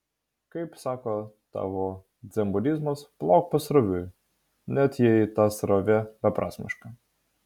kaip sako tavo dzenbudizmas plauk pasroviui net jei ta srovė beprasmiška